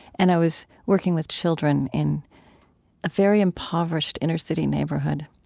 and i was working with children in a very impoverished inner-city neighborhood.